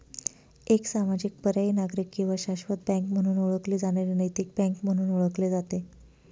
एक सामाजिक पर्यायी नागरिक किंवा शाश्वत बँक म्हणून ओळखली जाणारी नैतिक बँक म्हणून ओळखले जाते